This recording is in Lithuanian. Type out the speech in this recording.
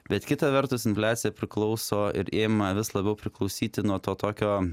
bet kita vertus infliacija priklauso ir ima vis labiau priklausyti nuo to tokio